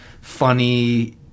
funny